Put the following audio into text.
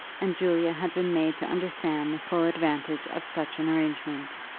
and julia had been made to understand the full advantage of such an arrangement.